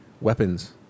weapons